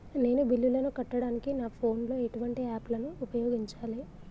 నేను బిల్లులను కట్టడానికి నా ఫోన్ లో ఎటువంటి యాప్ లను ఉపయోగించాలే?